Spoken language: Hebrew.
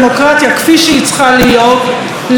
לשופר כנוע שלך,